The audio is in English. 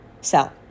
sell